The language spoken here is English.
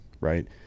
right